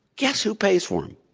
guess who pays for um